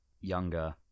younger